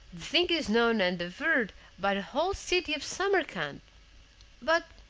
thing is known and averred by the whole city of samarcand but,